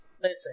Listen